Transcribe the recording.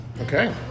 okay